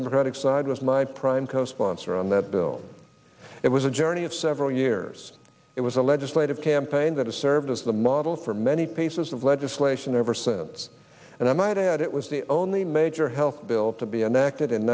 democratic side with my prime co sponsor on that bill it was a journey of several years it was a legislative campaign that has served as the model for many pieces of legislation ever since and i might add it was the only major health bill to be enac